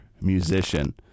musician